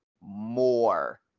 more